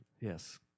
Yes